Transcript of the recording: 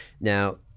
Now